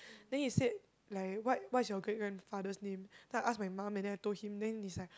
then he said like what what's your great grandfather's name then I ask my mum and then I told him then he's like